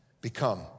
become